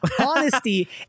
Honesty